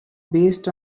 based